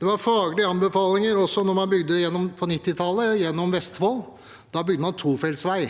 Det var faglige anbefalinger også da man bygde vei gjennom Vestfold på 1990-tallet. Da bygde man tofeltsvei.